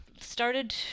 started